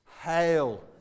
Hail